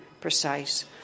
precise